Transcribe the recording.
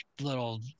little